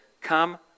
come